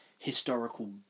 historical